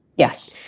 yes.